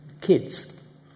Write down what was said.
kids